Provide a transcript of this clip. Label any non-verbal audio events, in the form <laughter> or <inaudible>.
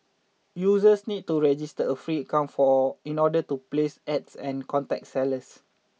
users need to register a free <unintelligible> in order to place Ads and contact sellers